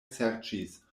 serĉis